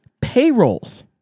payrolls